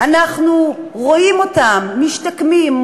אנחנו רואים אותם משתקמים,